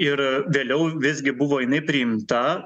ir vėliau visgi buvo jinai priimta